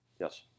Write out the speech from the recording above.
Yes